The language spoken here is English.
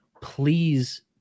Please